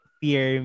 fear